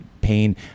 pain